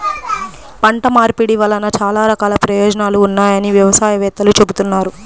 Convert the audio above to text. పంట మార్పిడి వలన చాలా రకాల ప్రయోజనాలు ఉన్నాయని వ్యవసాయ వేత్తలు చెబుతున్నారు